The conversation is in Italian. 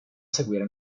seguire